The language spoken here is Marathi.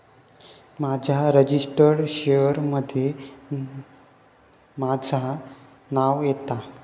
माझ्या रजिस्टर्ड शेयर मध्ये माझा नाव येता